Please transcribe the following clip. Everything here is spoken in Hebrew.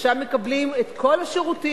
ושם מקבלים את כל השירותים,